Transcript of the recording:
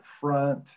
front